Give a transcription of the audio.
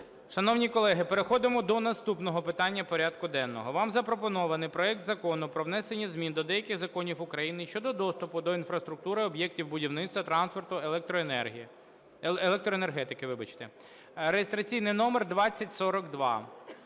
Шановні колеги, переходимо до наступного питання порядку денного. Вам запропонований проект Закону про внесення змін до деяких законів України щодо доступу до інфраструктури об'єктів будівництва, транспорту, електроенергії… електроенергетики, вибачте. Реєстраційний номер 2042,